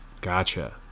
gotcha